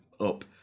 up